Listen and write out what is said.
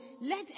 let